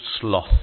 sloth